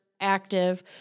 active